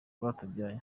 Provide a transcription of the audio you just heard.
rwatubyaye